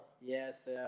yes